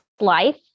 life